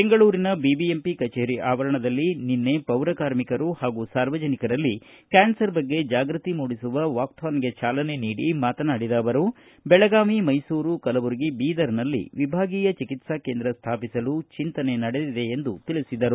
ಬೆಂಗಳೂರಿನ ಬಿಬಿಎಂಪಿ ಕಚೇರಿ ಆವರಣದಲ್ಲಿ ನಿನ್ನೆ ಪೌರ ಕಾರ್ಮಿಕರು ಹಾಗೂ ಸಾರ್ವಜನಿಕರಲ್ಲಿ ಕ್ಯಾನ್ಸರ್ ಬಗ್ಗೆ ಜಾಗೃತಿ ಮೂಡಿಸುವ ವಾಕಥಾನ್ಗೆ ಚಾಲನೆ ನೀಡಿ ಮಾತನಾಡಿದ ಅವರು ಬೆಳಗಾವಿ ಮೈಸೂರು ಕಲಬುರಗಿ ಬೀದರ್ನಲ್ಲಿ ವಿಭಾಗೀಯ ಚಿಕಿತ್ಸಾ ಕೇಂದ್ರ ಸ್ಥಾಪಿಸಲು ಚಿಂತನೆ ನಡೆದಿದೆ ಎಂದು ಅವರು ಹೇಳಿದರು